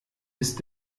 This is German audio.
ist